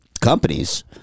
companies